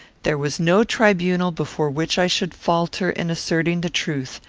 there was no tribunal before which i should falter in asserting the truth,